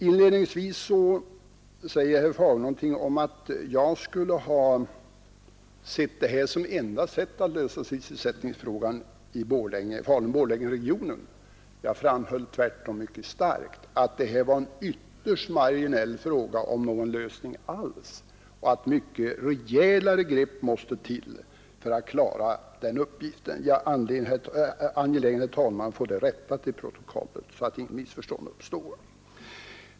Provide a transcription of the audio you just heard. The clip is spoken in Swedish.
Inledningsvis säger herr Fagerlund att jag skulle ha sett detta som enda möjligheten att lösa sysselsättningsfrågan i Falun-Borlängeregionen. Jag framhöll tvärtom mycket starkt att detta var en ytterst marginell, om ens någon, lösning av frågan och att mycket rejälare grepp måste tas för att klara den uppgiften. Jag är angelägen, herr talman, att få det rättat i protokollet så att inget missförstånd uppstår.